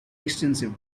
extensive